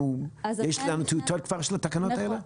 יש לנו כבר טיוטות של התקנות האלה?